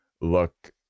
look